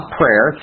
prayer